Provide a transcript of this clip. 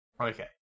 Okay